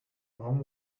baum